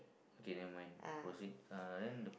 okay never mind proceed uh then the